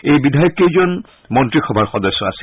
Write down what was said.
এই বিধায়ককেইজন মন্ত্ৰীসভাৰ সদস্য আছিল